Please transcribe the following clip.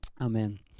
Amen